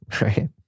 right